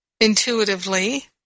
intuitively